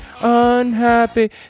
unhappy